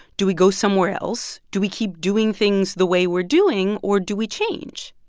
do we go somewhere else? do we keep doing things the way we're doing or do we change?